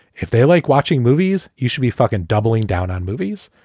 if they like watching movies, you should be fuckin doubling down on movies,